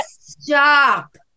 stop